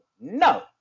No